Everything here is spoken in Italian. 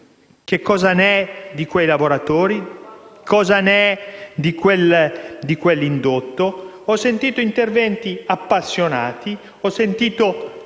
che cosa ne sarà di quei lavoratori, cosa ne sarà di quell'indotto. Ho sentito interventi appassionati. Ho sentito